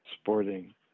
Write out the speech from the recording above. sporting